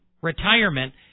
retirement